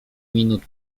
minut